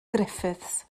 griffiths